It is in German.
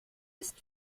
ist